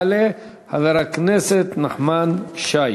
יעלה חבר הכנסת נחמן שי,